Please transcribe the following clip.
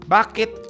Bakit